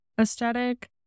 aesthetic